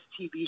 TV